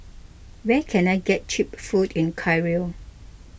where can I get Cheap Food in Cairo